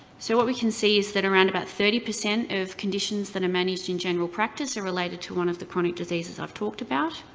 so what we can see is that around around about thirty percent of conditions that are managed in general practice are related to one of the chronic diseases i've talked about.